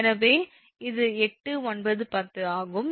எனவே இது 8910 ஆகும்